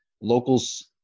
Locals